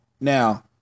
Now